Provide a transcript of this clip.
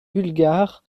bulgare